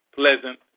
pleasant